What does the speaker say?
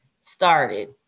started